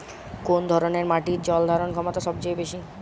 কোন ধরণের মাটির জল ধারণ ক্ষমতা সবচেয়ে বেশি?